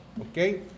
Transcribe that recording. okay